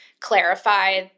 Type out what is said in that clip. clarify